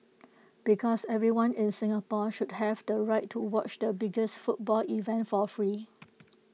because everyone in Singapore should have the right to watch the biggest football event for free